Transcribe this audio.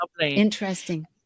interesting